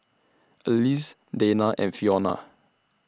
Alease Dayna and Fiona